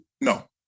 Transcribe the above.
no